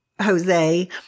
Jose